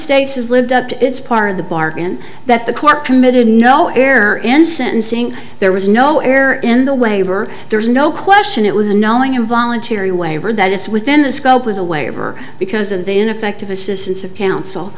states has lived up to its part of the bargain that the court committed no error in sentencing there was no error in the waiver there's no question it was a knowing involuntary waiver that it's within the scope of the waiver because of the ineffective assistance of counsel